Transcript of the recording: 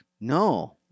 No